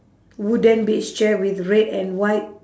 wooden beach chair with red and white